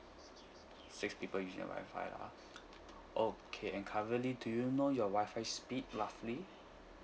six people using the Wi-Fi lah okay and currently do you know your Wi-Fi speed roughly